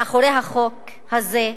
מאחורי החוק הזה,